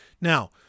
Now